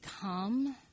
come